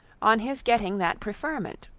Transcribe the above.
on his getting that preferment,